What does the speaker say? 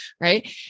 right